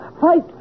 fight